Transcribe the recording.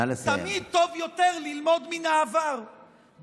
תמיד טוב יותר ללמוד מן העבר.